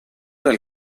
del